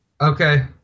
Okay